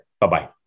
Bye-bye